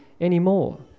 anymore